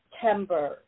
September